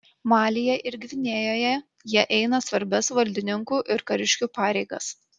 malyje ir gvinėjoje jie eina svarbias valdininkų ir kariškių pareigas